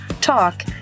talk